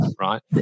right